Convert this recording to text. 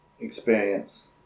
experience